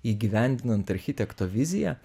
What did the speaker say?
įgyvendinant architekto viziją